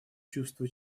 чувство